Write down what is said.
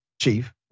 chief